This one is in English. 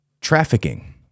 trafficking